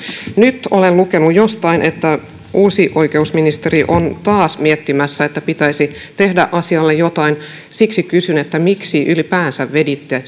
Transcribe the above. nyt olen lukenut jostain että uusi oikeusministeri on taas miettimässä että pitäisi tehdä asialle jotain siksi kysyn miksi ylipäänsä veditte